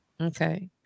okay